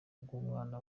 bw’umwana